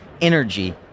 energy